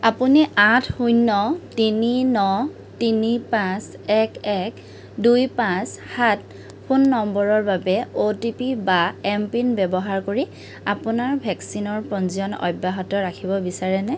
আপুনি আঠ শূন্য তিনি ন তিনি পাঁচ এক এক দুই পাঁচ সাত ফোন নম্বৰৰ বাবে অ'টিপি বা এমপিন ব্যৱহাৰ কৰি আপোনাৰ ভেকচিনৰ পঞ্জীয়ন অব্যাহত ৰাখিব বিচাৰেনে